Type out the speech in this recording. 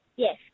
Yes